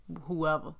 whoever